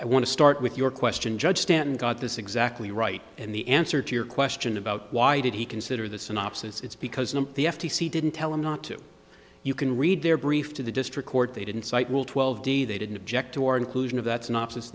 i want to start with your question judge stanton got this exactly right and the answer to your question about why did he consider the synopses it's because i'm the f t c didn't tell him not to you can read their brief to the district court they didn't cite will twelve de they didn't object to our inclusion of that's not as